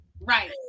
Right